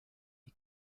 the